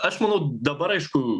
aš manau dabar aišku